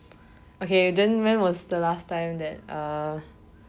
okay then when was the last time that err